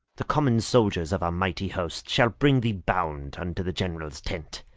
the common soldiers of our mighty host shall bring thee bound unto the general's tent